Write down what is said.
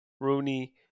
rooney